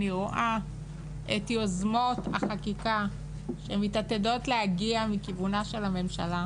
אני רואה את יוזמות החקיקה שמתעתדות להגיע מכיוונה של הממשלה,